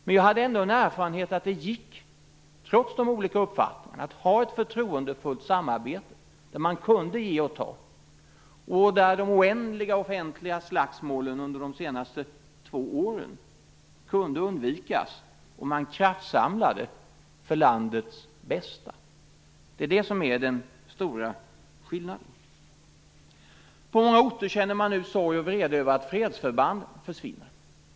Men jag har ändå den erfarenheten att det gick, trots de olika uppfattningarna, att ha ett förtroendefullt samarbete där man kunde ge och ta. De oändliga offentliga slagsmålen under de senaste två åren borde ha kunnat undvikas om man kraftsamlat för landets bästa. Detta är den stora skillnaden. På många orter känner man nu sorg och vrede över att fredsförband försvinner.